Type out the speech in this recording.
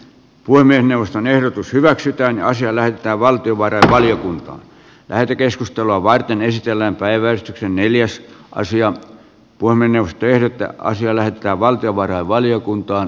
puhemiesneuvosto ehdottaa että asia näyttää valtiovarainvaliokuntaan lähetekeskustelua varten esitellään päiväys neljäs raisio valmennustyötä asian lähetetään valtiovarainvaliokuntaan